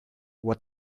what